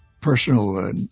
personal